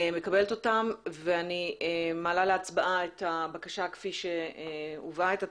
מקבלת אותם ואני מעלה להצבעה את הבקשה כפי שהובאה,